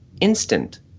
instant